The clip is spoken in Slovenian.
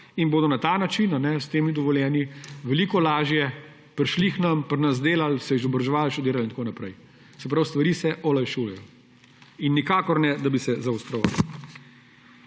in bodo na ta način s temi dovoljenji veliko lažje prišli k nam, pri nas delali, se izobraževali, študirali in tako naprej. Se pravi, stvari se olajšujejo in nikakor ne, da bi se zaostrovale.